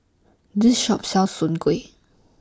This Shop sells Soon Kway